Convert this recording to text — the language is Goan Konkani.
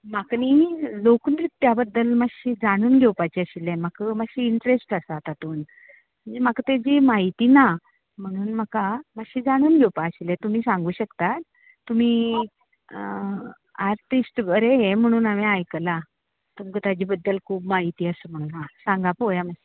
म्हाका न्ही लोकनृत्या बद्दल मातशें जाणून घेवपाक जाय आशिल्लें म्हाका मातशी इंट्रस्ट आसा तातूंत म्हाका तेची म्हायती ना म्हमून म्हाका मातशें जाणून घेवपाक जाय आसिल्लें तुमी म्हाका सांगूंक शकतात तुमी आर्टिस्ट बरें हें म्हणून आमी आयकलां तुमकां ताचे बद्दल खूब म्हायकी आसा म्हणून सांगा पळोव्या मातशे